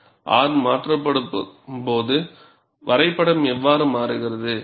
R மாற்றப்படும்போது வரைபடம் எவ்வாறு மாறுகிறது